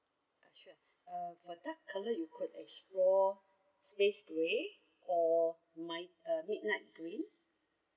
sure uh for that color you could explore space grey or might uh midnight green